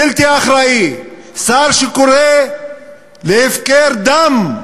בלתי אחראי, שר שקורא להפקר דם.